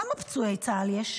כמה פצועי צה"ל יש?